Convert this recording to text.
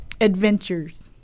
Adventures